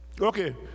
Okay